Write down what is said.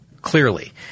clearly